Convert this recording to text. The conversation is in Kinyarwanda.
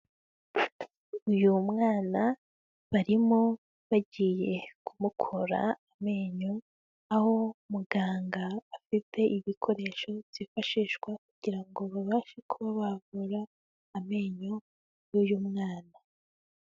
Uyu mwana barimo bagiye kumukura amenyo, aho muganga afite ibikoresho byifashishwa kugira ngo babashe kuba bavura amenyo yuyu mwana.